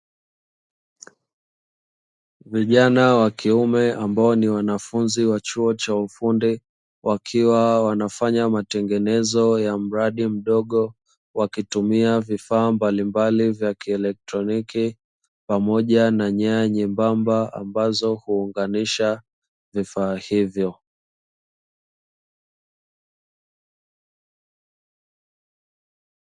Vijana wa kiume ambao ni wanafunzi wa chuo cha ufundi, wakiwa wanafanya matengenezo ya mradi mdogo, wakitumia vifaa mbalimbali vya kieletroniki pamoja na nyaya nyembamba ambazo huunganisha vifaa hivyo.